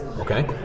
Okay